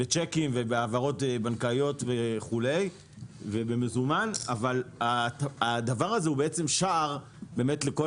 בצ'קים ובהעברות בנקאיות ובמזומן אבל הדבר הזה הוא שער לכול